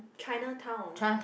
Chinatown